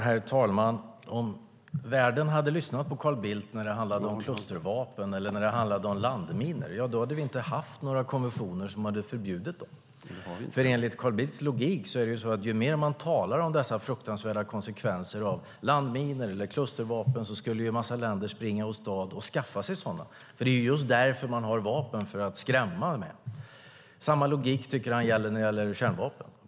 Herr talman! Om världen hade lyssnat på Carl Bildt när det handlade om klustervapen eller när det handlade om landminor hade vi inte haft några konventioner som hade förbjudit dem. Enligt Carl Bildts logik är det så att ju mer man talar om de fruktansvärda konsekvenserna av landminor eller klustervapen desto mer skulle en massa länder springa åstad och skaffa sig sådana. Man har nämligen vapen för att man vill skrämmas. Samma logik tycker han gäller i fråga om kärnvapen.